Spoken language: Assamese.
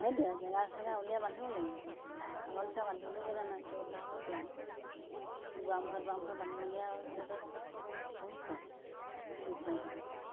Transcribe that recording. সেইটোৱে আৰু জেগা চেগা উলিয়াই বান্ধিব লাগিব আগৰ নিচিনা বান্ধিবলৈও জেগা নাই গোটেই বাটতে দিওঁ আৰু দুৱাৰমুখে দুৱাৰমুখে বান্ধি বান্ধি আৰু সেই গতিকে পুহিছোঁ আৰু দুই চাৰিটা